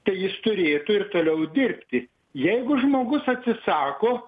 tai jis turėtų ir toliau dirbti jeigu žmogus atsisako